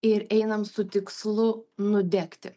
ir einam su tikslu nudegti